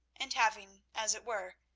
and having, as it were,